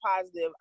positive